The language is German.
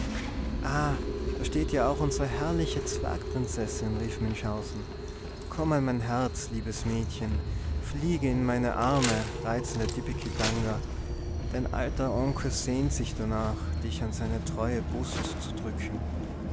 ah da steht ja auch unsre herrliche zwergprinzessin rief münchhausen komm an mein herz liebes mädchen fliege in meine arme reizende tipekitanga dein alter onkel sehnt sich danach dich an seine treue brust zu drücken